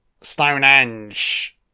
Stonehenge